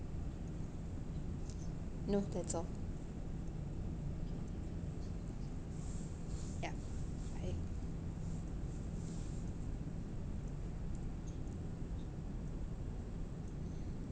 no that's all ya bye